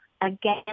again